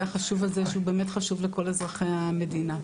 החשוב הזה שהוא באמת חשוב לכל אזרחי המדינה.